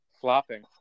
flopping